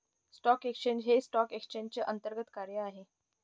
stock exchange हे stock एक्सचेंजचे अंतर्गत कार्य आहे